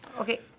Okay